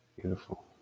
Beautiful